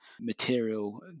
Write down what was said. material